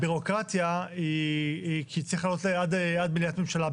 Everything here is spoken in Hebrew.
הבירוקרטיה היא כי צריך לעלות עד מליאת ממשלה,